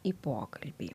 į pokalbį